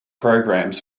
programs